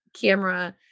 camera